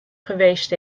geweest